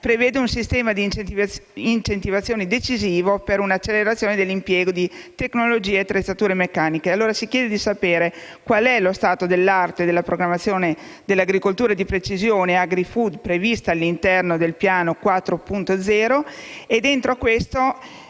prevede un sistema di incentivazioni decisivo per un'accelerazione dell'impiego di tecnologie e attrezzature meccaniche. Si chiede quindi di sapere qual è lo stato dell'arte della programmazione dell'agricoltura di precisione e Agrifood prevista all'interno del Piano industria 4.0